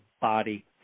body